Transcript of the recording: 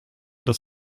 dass